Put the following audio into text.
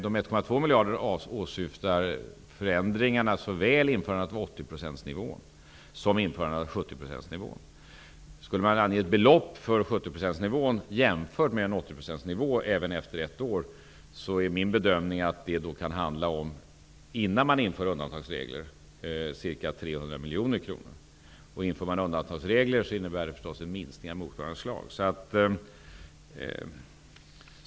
De 1,2 miljarderna sammanhänger med förändringarna när det gäller såväl införandet av procentsnivån. Om man skulle ange ett belopp för en 70-procentsnivå jämfört med en 80-procentsnivå är det min bedömning att det, bortsett från om det finns undantagsregler, kan handla om ca 300 miljoner kronor. Om man inför undantagsregler innebär det förstås en minskning av motsvarande slag.